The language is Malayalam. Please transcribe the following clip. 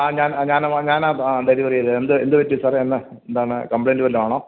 ആ ഞാന് ഞാനാ ഞാനാ ഡെലിവറിയ്തേ എന്ത് പറ്റി സാറെ എന്നാ എന്താണ് കംപ്ലെയിൻറ്റ് വല്ലതും ആണോ